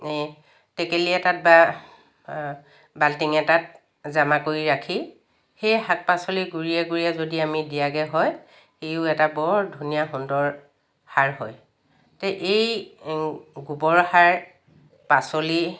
টেকেলি এটাত বা বাল্টিং এটাত জমা কৰি ৰাখি সেই শাক পাচলিৰ গুড়িয়ে গুড়িয়ে যদি আমি দিয়াগে হয় ইও এটা বৰ ধুনীয়া সুন্দৰ সাৰ হয় তে এই গোবৰ সাৰ পাচলি